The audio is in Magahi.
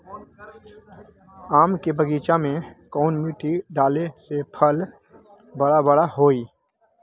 आम के बगीचा में कौन मिट्टी डाले से फल बारा बारा होई?